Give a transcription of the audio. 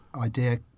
idea